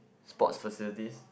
sport facilities